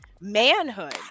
manhood